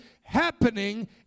happening